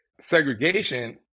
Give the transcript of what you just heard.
segregation